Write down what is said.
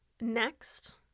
Next